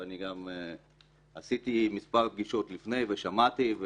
ואני קיימתי גם מספר פגישות לפני ושמעתי,